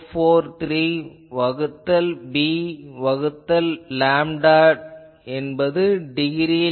443 வகுத்தல் b வகுத்தல் lambda டிகிரியில்